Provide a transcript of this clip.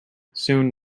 soon